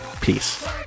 peace